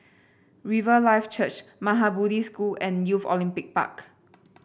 Riverlife Church Maha Bodhi School and Youth Olympic Park